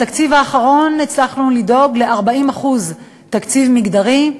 בתקציב האחרון הצלחנו לדאוג ל-40% תקציב מגדרי,